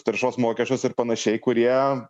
taršos mokesčius ir panašiai kurie